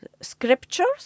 Scriptures